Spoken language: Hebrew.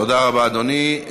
תודה רבה, אדוני.